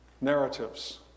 narratives